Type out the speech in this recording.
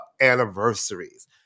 anniversaries